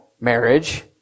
marriage